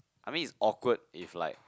I mean it's awkward if like